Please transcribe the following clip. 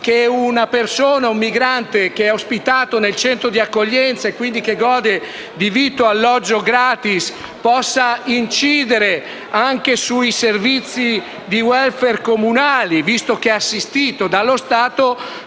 che una persona, un migrante ospitato nel centro di accoglienza, che quindi gode di vitto e alloggio gratis, possa incidere anche sui servizi di *welfare* comunali, visto che è assistito dallo Stato: